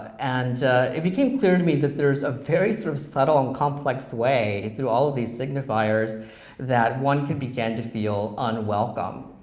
and it became clear to me that there's a very sort of subtle and complex way through all of these signifiers that one can begin to feel unwelcome,